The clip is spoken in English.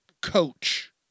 Coach